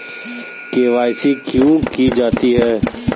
KYC क्यों की जाती है?